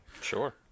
sure